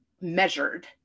measured